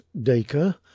Dacre